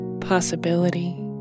possibility